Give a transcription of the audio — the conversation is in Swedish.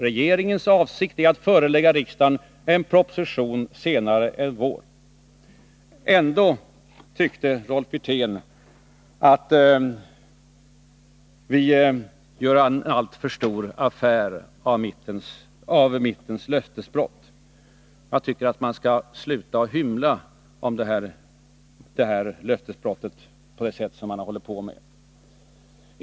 Regeringens avsikt är att förelägga riksdagen en proposition senare i vår.” Ändå tyckte Rolf Wirtén att vi gör alltför stor affär av mittens löftesbrott. Jag tycker att han skall sluta att hymla.